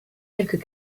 quelques